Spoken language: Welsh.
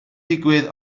digwydd